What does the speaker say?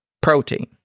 protein